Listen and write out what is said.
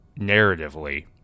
narratively